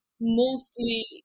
mostly